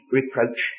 reproach